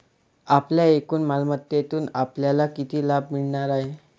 आपल्या एकूण मालमत्तेतून आपल्याला किती लाभ मिळणार आहे?